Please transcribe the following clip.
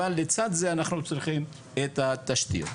אבל לצד זה אנחנו צריכים את התשתיות.